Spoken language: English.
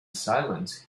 silent